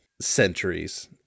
centuries